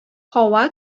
һава